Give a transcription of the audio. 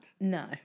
no